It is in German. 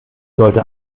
sollte